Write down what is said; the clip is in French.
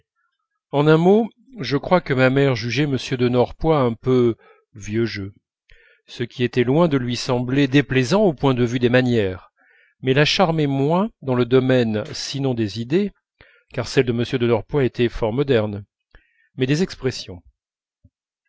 en un mot je crois que ma mère jugeait m de norpois un peu vieux jeu ce qui était loin de lui sembler déplaisant au point de vue des manières mais la charmait moins dans le domaine sinon des idées car celles de m de norpois étaient fort modernes mais des expressions